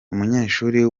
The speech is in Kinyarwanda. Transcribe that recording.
umunyeshuri